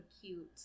cute